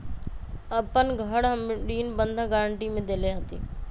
अपन घर हम ऋण बंधक गरान्टी में देले हती